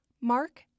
Mark